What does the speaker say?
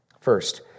First